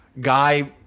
Guy